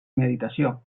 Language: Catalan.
meditació